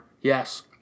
yes